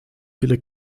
viele